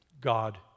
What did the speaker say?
God